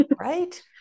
Right